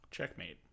Checkmate